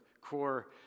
core